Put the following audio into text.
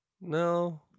No